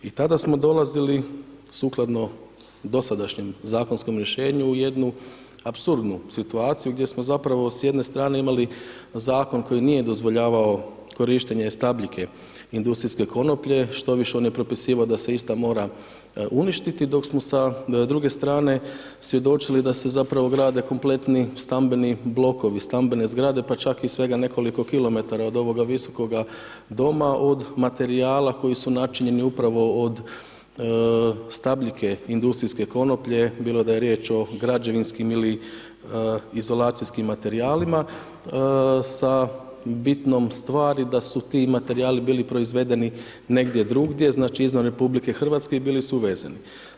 I tada smo dolazili sukladno dosadašnjem zakonskom rješenju u jednu apsurdnu situaciju gdje smo zapravo s jedne strane imali zakon koji nije dozvoljavao korištenje stabljike industrijske konoplje, štoviše on je propisivao da se ista mora uništiti dok smo sa druge strane svjedočili da se zapravo grade kompletni stambeni blokovi, stambene zgrade, pa čak i svega nekoliko km od ovoga Visokoga doma od materijala koji su načinjeni upravo od stabljike industrijske konoplje bilo da je riječ o građevinskim ili izolacijskim materijalima sa bitnom stvari da su ti materijali bili proizvedeni negdje drugdje, znači izvan RH i bili su vezani.